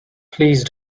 please